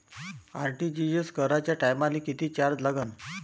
RTGS कराच्या टायमाले किती चार्ज लागन?